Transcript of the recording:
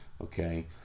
Okay